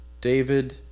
David